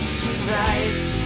tonight